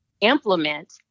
implement